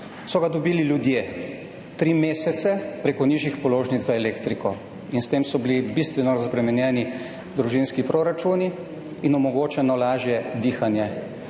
so ga dobili ljudje, tri mesece prek nižjih položnic za elektriko. In s tem so bili bistveno razbremenjeni družinski proračuni in omogočeno je bilo